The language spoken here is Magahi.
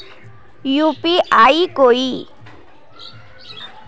यु.पी.आई कोई